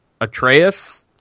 atreus